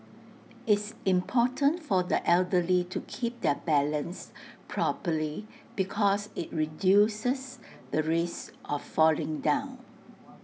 it's important for the elderly to keep their balance properly because IT reduces the risk of falling down